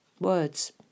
words